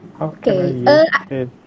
Okay